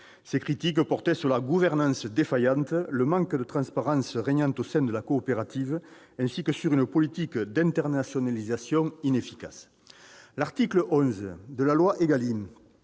Ces critiques portaient sur la gouvernance « défaillante », le manque de transparence régnant au sein de la coopérative, ainsi que sur une politique d'internationalisation inefficace. L'article 11 de la loi ÉGALIM